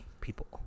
people